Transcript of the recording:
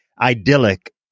idyllic